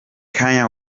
kanye